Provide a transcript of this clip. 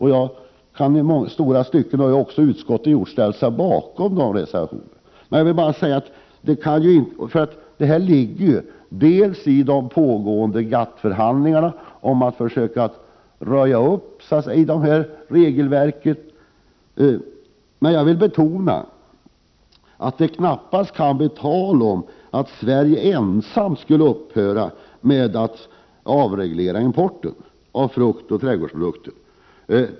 Utskottet har också till stor del ställt sig bakom reservationen. Det pågår som bekant GATT-förhandlingar om att röja upp gällande regelverk. Men jag vill betona att det knappast kan bli tal om att Sverige ensamt skall avskaffa importregleringen av frukt och trädgårdsprodukter.